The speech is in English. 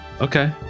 Okay